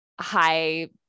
high